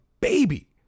baby